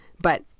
But-